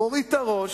מוריד את הראש,